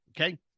Okay